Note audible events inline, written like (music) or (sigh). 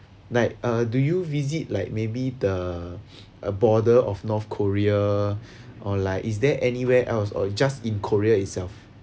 like uh do you visit like maybe the (noise) a border of north korea (breath) or like is there anywhere else or just in korea itself